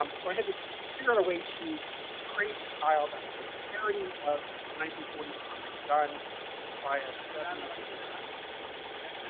um so i had to figure out a way to create a style that was a parody of nineteen forty s comic done by a seventy s underground cartoonist.